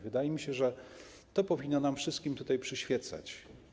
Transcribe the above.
Wydaje mi się, że ta myśl powinna nam wszystkim tutaj przyświecać.